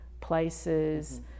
places